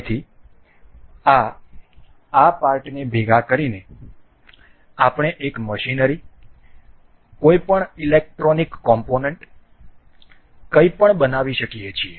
તેથી આ આ પાર્ટને ભેગા કરીને આપણે એક મશીનરી કોઈપણ ઇલેક્ટ્રોનિક કોમ્પોનન્ટ કંઈપણ બનાવી શકીએ છીએ